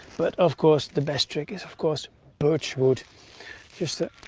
but of course the best trick is of course birch wood just the